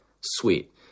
sweet